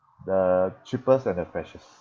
the cheapest and the facetious